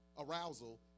arousal